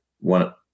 one